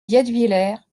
dietwiller